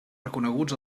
reconeguts